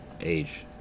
age